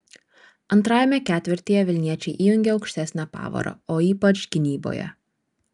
antrajame ketvirtyje vilniečiai įjungė aukštesnę pavarą o ypač gynyboje